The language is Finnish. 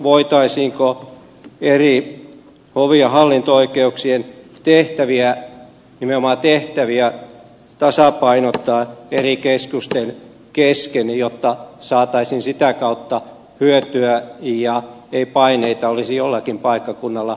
voitaisiinko eri hovi ja hallinto oikeuksien tehtäviä nimenomaan tehtäviä tasapainottaa eri keskusten kesken jotta saataisiin sitä kautta hyötyä eikä paineita olisi jollakin paikkakunnalla kohtuuttomasti